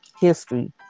history